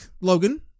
logan